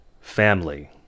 family